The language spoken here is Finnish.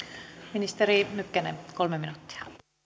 ministeri mykkänen kolme minuuttia